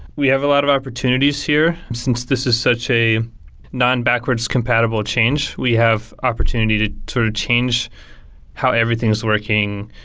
we have a lot of opportunities here, since this is such a non-backwards compatible change. we have opportunity to sort of change how everything is working.